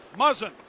Muzzin